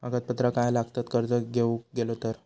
कागदपत्रा काय लागतत कर्ज घेऊक गेलो तर?